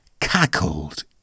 cackled